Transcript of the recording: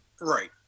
Right